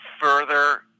further